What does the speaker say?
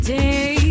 day